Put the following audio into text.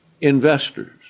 investors